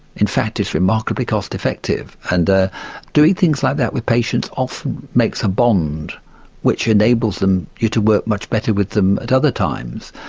in fact it's remarkably cost-effective and doing things like that with patients often makes a bond which enables you to work much better with them at other times.